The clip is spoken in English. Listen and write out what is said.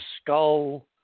skull